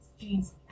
jeans